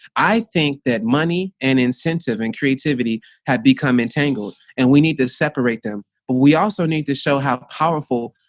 i think that money and incentive and creativity have become entangled, and we need to separate them. but we also need to show how powerful